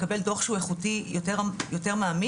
לקבל דו"ח שהוא איכותי יותר מעמיק,